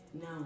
No